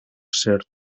ser